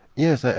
yes, ah